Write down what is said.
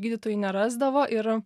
gydytojai nerasdavo ir